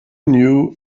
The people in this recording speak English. knew